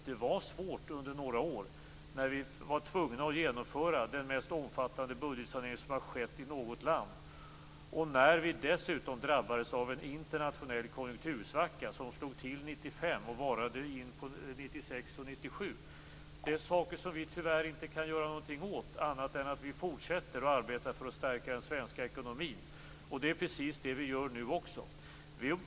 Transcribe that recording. Det var svårt under några år, när vi var tvungna att genomföra den mest omfattande budgetsanering som har skett i något land och dessutom drabbades av en internationell konjunktursvacka som slog till 1995 och varade under 1996 och in på 1997. Detta är saker som vi tyvärr inte kan göra någonting åt annat än att fortsätta att arbeta för att stärka den svenska ekonomin, och det är precis det vi gör nu också.